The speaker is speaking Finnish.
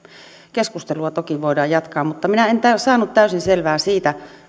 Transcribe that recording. keskustelua toki voidaan jatkaa mutta minä en saanut hyvästä puheestanne täysin selvää siitä